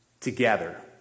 together